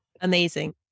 Amazing